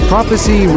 Prophecy